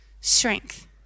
strength